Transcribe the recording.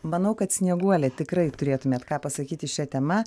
manau kad snieguole tikrai turėtumėt ką pasakyti šia tema